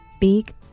big